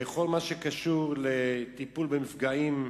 בכל מה שקשור לטיפול במפגעים,